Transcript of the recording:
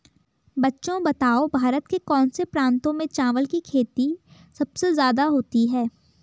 बच्चों बताओ भारत के कौन से प्रांतों में चावल की खेती सबसे ज्यादा होती है?